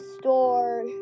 store